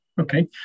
Okay